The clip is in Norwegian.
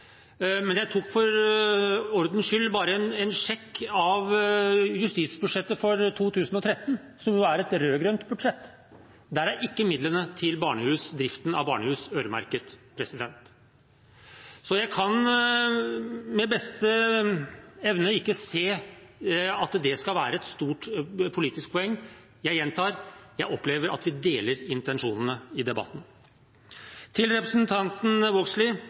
men jeg tok for ordens skyld en sjekk av justisbudsjettet for 2013, som er et rød-grønt budsjett. Der er ikke midlene til driften av barnehus øremerket. Så jeg kan med beste evne ikke se at det skal være noe stort politisk poeng. Jeg gjentar: Jeg opplever at vi deler intensjonene i debatten. Til representanten Vågslid